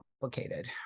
complicated